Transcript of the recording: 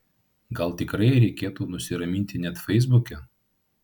gal tikrai reikėtų nusiraminti net feisbuke